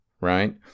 Right